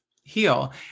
heal